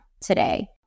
today